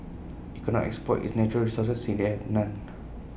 IT could not exploit its natural resources since IT had none